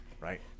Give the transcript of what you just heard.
Right